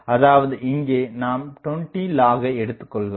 அதாவது இங்கே நாம் 20log ல் எடுத்துக் கொள்கிறோம்